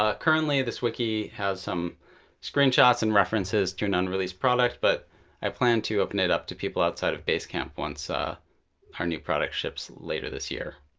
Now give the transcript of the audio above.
ah currently, this wiki has some screenshots and references to an unreleased product, but i plan to open it up to people outside of basecamp once ah our new product ships later this year.